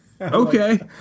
Okay